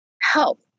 help